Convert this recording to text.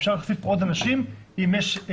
אפשר להוסיף עוד אנשים אם יש מספיק ריחוק,